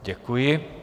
Děkuji.